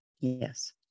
Yes